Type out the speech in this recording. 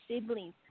siblings